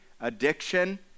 addiction